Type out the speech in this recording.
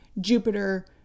Jupiter